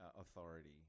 Authority